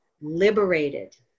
liberated